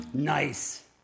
Nice